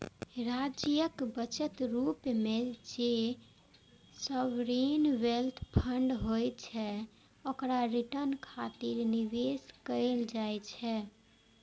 राज्यक बचत रूप मे जे सॉवरेन वेल्थ फंड होइ छै, ओकरा रिटर्न खातिर निवेश कैल जाइ छै